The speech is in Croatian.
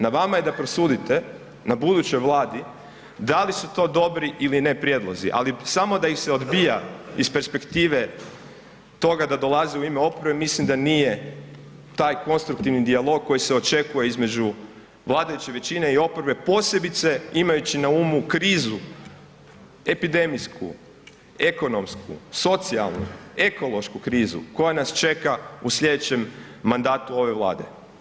Na vama je da prosudite, na budućoj vladi da li su to dobri ili ne prijedlozi, ali samo da ih se odbija iz perspektive toga da dolazi u ime oporbe mislim da nije taj konstruktivni dijalog koji se očekuje između vladajuće većine i oporbe, posebice imajući na umu krizu epidemijsku, ekonomsku, socijalnu, ekološku krizu koja nas čeka u slijedećem mandatu ove vlade.